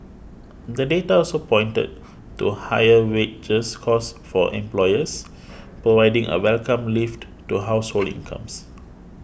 the data also pointed to higher wages costs for employers providing a welcome lift to household incomes